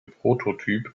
prototyp